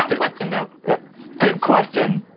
um question though good question,